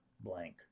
blank